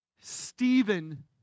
Stephen